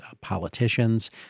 politicians